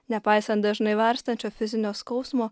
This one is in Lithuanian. nepaisant dažnai varstančio fizinio skausmo